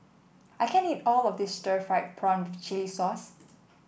I can't eat all of this Stir Fried Prawn Chili Sauce